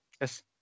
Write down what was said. Yes